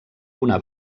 una